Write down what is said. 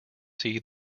see